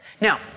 Now